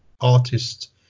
artist